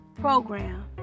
Program